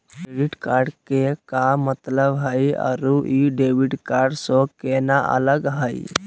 Credit card के का मतलब हई अरू ई डेबिट कार्ड स केना अलग हई?